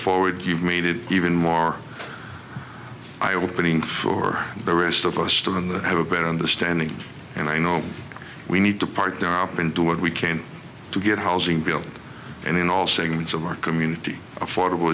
forward you've made it even more i would put in for the rest of us have a better understanding and i know we need to partner up and do what we can to get housing built and in all segments of our community affordable